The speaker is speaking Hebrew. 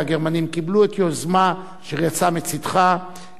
והגרמנים קיבלו את היוזמה אשר יצאה מצדך.